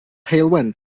heulwen